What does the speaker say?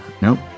Nope